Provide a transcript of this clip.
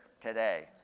today